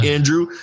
Andrew